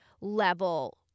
level